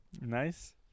Nice